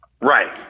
right